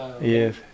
yes